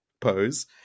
pose